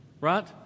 Right